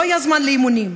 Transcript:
לא היה זמן לאימונים,